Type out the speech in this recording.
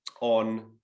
on